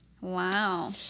Wow